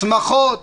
שמחות ואירועים,